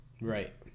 Right